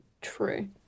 True